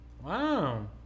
Wow